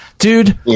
Dude